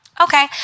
Okay